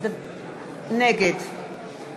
נגד